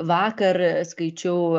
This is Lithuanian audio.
vakar skaičiau